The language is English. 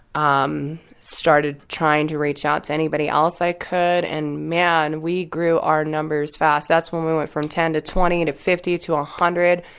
um started trying to reach out to anybody else i could. and man, we grew our numbers fast. that's when we went from ten to twenty to fifty to one um hundred.